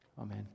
Amen